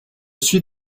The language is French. suis